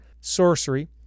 Sorcery